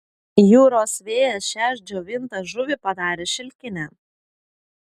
jūros vėjas šią džiovintą žuvį padarė šilkinę